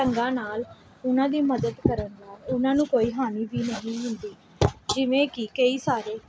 ਢੰਗਾਂ ਨਾਲ ਉਹਨਾਂ ਦੀ ਮਦਦ ਕਰਨ ਨਾਲ ਉਹਨਾਂ ਨੂੰ ਕੋਈ ਹਾਨੀ ਵੀ ਨਹੀਂ ਹੁੰਦੀ ਜਿਵੇਂ ਕਿ ਕਈ ਸਾਰੇ